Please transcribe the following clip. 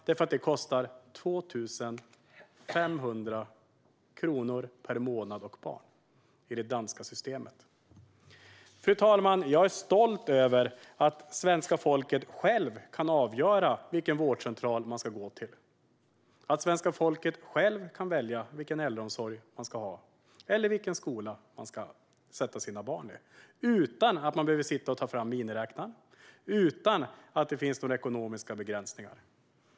Det kostar 2 500 kronor per månad och barn i det danska systemet. Fru talman! Jag är stolt över att svenska folket självt kan avgöra vilken vårdcentral man ska gå till, vilken äldreomsorg man ska ha eller vilken skola man ska sätta sina barn i. Man behöver inte ta fram miniräknaren, och det finns inga ekonomiska begränsningar.